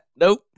Nope